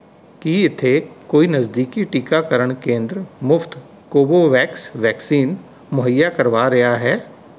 ਕੀ ਇੱਥੇ ਕੋਈ ਨਜ਼ਦੀਕੀ ਟੀਕਾਕਰਨ ਕੇਂਦਰ ਮੁਫਤ ਕੋਵੋਵੈਕਸ ਵੈਕਸੀਨ ਮੁਹੱਈਆ ਕਰਵਾ ਰਿਹਾ ਹੈ